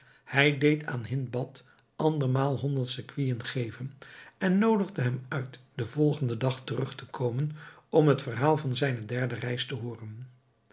hij deed aan hindbad andermaal honderd sequinen geven en noodigde hem uit den volgenden dag terug te komen om het verhaal van zijne derde reis te hooren